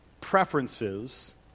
preferences